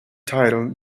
title